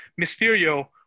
Mysterio